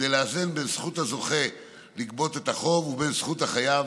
כדי לאזן בין זכות הזוכה לגבות את החוב לבין זכות החייב